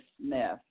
Smith